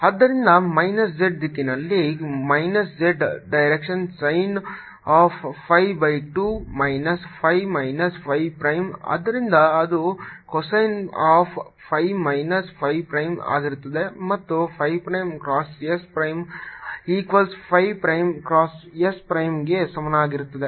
ಆದ್ದರಿಂದ minus z ದಿಕ್ಕಿನಲ್ಲಿ minus z direction sine of pi by 2 minus phi minus phi prime ಆದ್ದರಿಂದ ಅದು cosine of phi minus phi prime ಆಗಿರುತ್ತದೆ ಮತ್ತು phi prime cross s prime equals phi prime cross s ಪ್ರೈಮ್ಗೆ ಸಮಾನವಾಗಿರುತ್ತದೆ